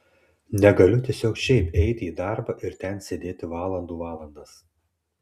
negaliu tiesiog šiaip eiti į darbą ir ten sėdėti valandų valandas